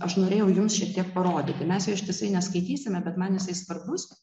aš norėjau jums šiek tiek parodyti mes jo ištisai neskaitysime bet man jisai svarbus